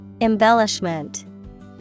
Embellishment